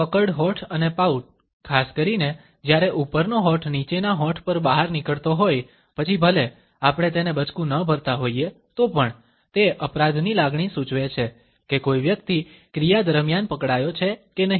puckered હોઠ અને pout ખાસ કરીને જ્યારે ઉપરનો હોઠ નીચેના હોઠ પર બહાર નીકળતો હોય પછી ભલે આપણે તેને બચકું ન ભરતાં હોઈએ તો પણ તે અપરાધની લાગણી સૂચવે છે કે કોઈ વ્યક્તિ ક્રિયા દરમિયાન પકડાયો છે કે નહીં